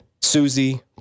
Susie